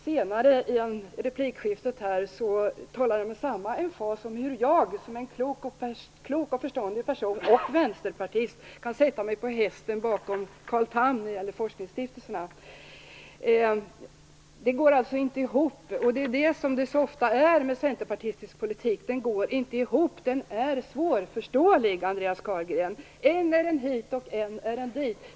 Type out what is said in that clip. Senare i replikskiftet talar han med samma emfas om hur jag, som är en klok och förståndig person - och vänsterpartist - kan sätta mig på hästen bakom Carl Tham när det gäller forskningsstiftelserna. Det går inte ihop. Det är så det ofta är med centerpartistisk politik, den går inte ihop, den är svårförståelig, Andreas Carlgren. Än är den hit och än är den dit.